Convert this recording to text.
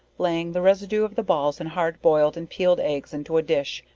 laying the residue of the balls and hard boiled and pealed eggs into a dish,